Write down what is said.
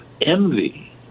envy